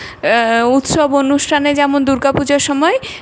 উৎসব অনুষ্ঠানে যেমন দুর্গা পুজোর সময়